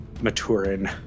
Maturin